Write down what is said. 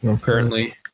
currently